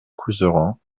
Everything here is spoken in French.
couserans